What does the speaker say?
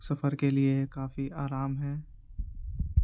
سفر کے لیے کافی آرام ہے